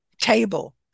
table